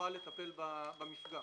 ויוכל לטפל במפגע.